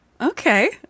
Okay